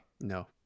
No